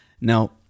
Now